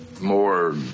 More